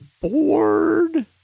bored